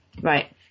right